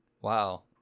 Wow